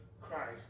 Christ